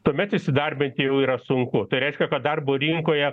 tuomet įsidarbinti jau yra sunku tai reiškia kad darbo rinkoje